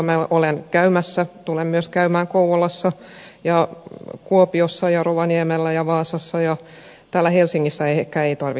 minä olen käymässä tulen myös käymään kouvolassa ja kuopiossa ja rovaniemellä ja vaasassa täällä helsingissä ehkä ei tarvitse käydä mutta muualla